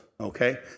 Okay